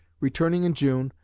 returning in june,